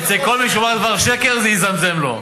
אצל כל מי שיאמר דבר שקר, זה יזמזם לו.